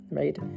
right